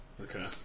okay